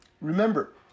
remember